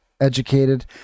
educated